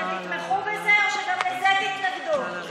אתם תתמכו בזה או שגם לזה תתנגדו?